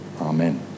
Amen